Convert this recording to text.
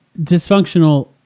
dysfunctional